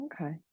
Okay